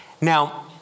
Now